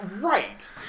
Right